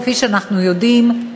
כפי שאנחנו יודעים,